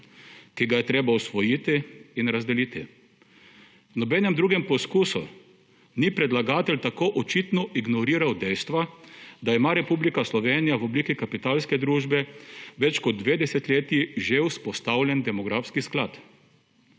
ki ga je treba osvojiti in razdeliti. V nobenem drugem poskusu ni predlagatelj tako očitno ignoriral dejstva, da ima Republika Slovenija v obliki kapitalske družbe več kot dve desetletji že vzpostavljen demografski sklad,